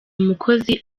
umukozi